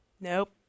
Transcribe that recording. Nope